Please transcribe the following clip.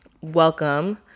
welcome